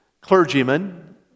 clergymen